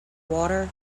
water